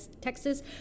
Texas